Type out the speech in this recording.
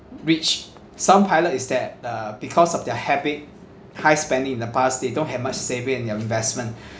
rich some pilot is that uh because of their habit high spending in the past they don't have much saving in their investment